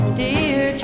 dear